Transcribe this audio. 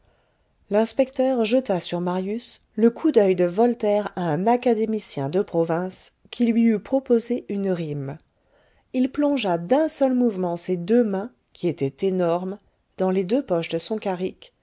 l'inspecteur jeta sur marius le coup d'oeil de voltaire à un académicien de province qui lui eût proposé une rime il plongea d'un seul mouvement ses deux mains qui étaient énormes dans les deux poches de son carrick